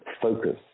focus